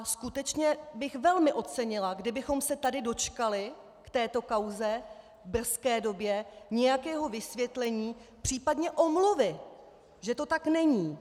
Skutečně bych velmi ocenila, kdybychom se tady dočkali v této kauze v brzké době nějakého vysvětlení, případně omluvy, že to tak není.